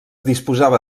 disposava